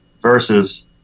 versus